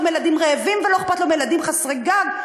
מילדים רעבים ולא אכפת לו מילדים חסרי גג,